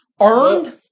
earned